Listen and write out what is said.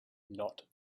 not